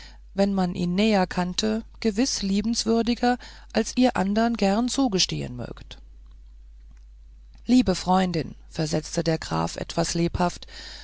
wenn man ihn näher kannte gewiß liebenswürdiger als ihr andern gern zugestehen mögt liebe freundin versetzte der graf etwas lebhaft